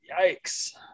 Yikes